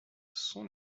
sont